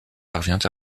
parvient